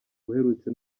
uherutse